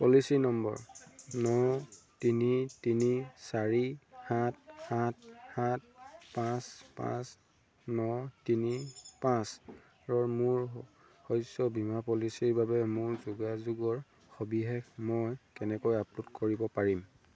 policy number ন তিনি তিনি চাৰি সাত সাত সাত পাঁচ পাঁচ ন তিনি পাঁচৰ মোৰ শস্য বীমা পলিচিৰ বাবে মোৰ যোগাযোগৰ সবিশেষ মই কেনেকৈ আপল'ড কৰিব পাৰিম